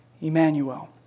Emmanuel